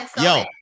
Yo